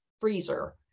freezer